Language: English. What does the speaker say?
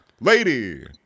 Lady